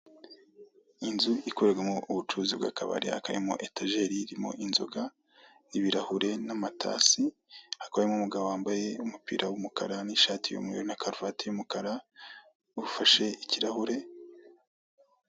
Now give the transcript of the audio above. Inzu ikorerwamo ubucuruzi bw'akabari hakaba harimo etajeri irimo inzoga, ibirahure n'amatasi, hakaba harimo umugabo wambaye umupira w'umukara n'ishati y'umweru na karuvate y'umukara ufashe irahure.